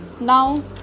now